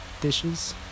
dishes